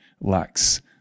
lacks